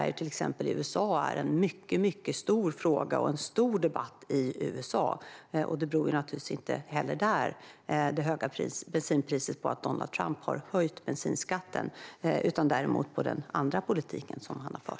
I till exempel USA är detta en stor fråga och den debatteras mycket. Inte heller där beror det höga bensinpriset på att Donald Trump har höjt bensinskatten, utan däremot på den andra politiken han för.